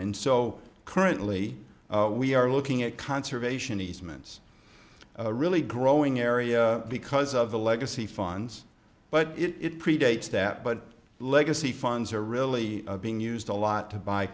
and so currently we are looking at conservation easements a really growing area because of the legacy funds but it predates that but legacy funds are really being used a lot to buy